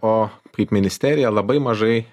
o kaip ministerija labai mažai